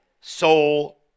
soul